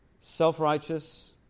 self-righteous